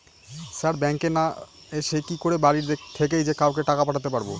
Sir ব্যাঙ্কে না এসে কি করে বাড়ি থেকেই যে কাউকে টাকা পাঠাতে পারবো?